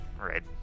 Right